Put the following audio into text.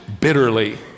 bitterly